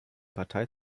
partei